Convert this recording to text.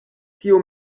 kio